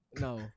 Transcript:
No